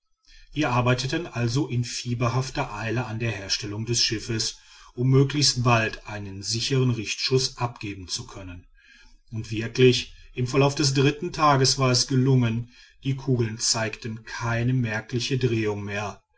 wir arbeiteten also in fieberhafter eile an der herstellung des schiffes um möglichst bald einen sichern richtschuß abgeben zu können und wirklich im verlauf des dritten tages war es gelungen die kugeln zeigten keine merkliche drehung mehr